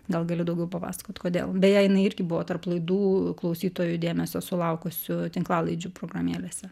gal gali daugiau papasakot kodėl beje jinai irgi buvo tarp laidų klausytojų dėmesio sulaukusių tinklalaidžių programėlėse